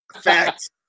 Fact